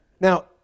Now